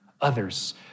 others